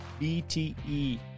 BTE